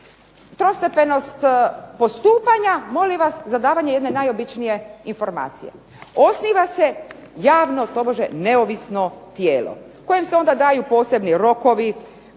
trostepenost postupanja. Molim vas za davanje jedne najobičnije informacije. Osniva se javno tobože neovisno tijelo kojem se onda daju posebni rokovi.